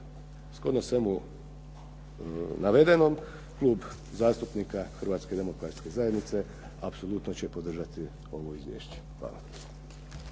Shodno samo navedenom Klub zastupnika Hrvatske demokratske zajednice apsolutno će podržati ovo izvješće. Hvala.